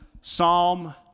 Psalm